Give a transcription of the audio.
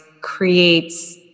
creates